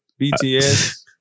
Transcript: BTS